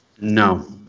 No